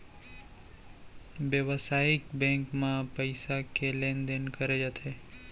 बेवसायिक बेंक म पइसा के लेन देन करे जाथे